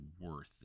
worth